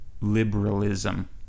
liberalism